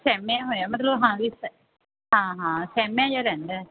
ਸਹਿਮਿਆ ਹੋਇਆ ਮਤਲਬ ਹਾਂ ਵੀ ਸ ਹਾਂ ਹਾਂ ਸਹਿਮਿਆ ਜਿਹਾ ਰਹਿੰਦਾ